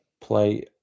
play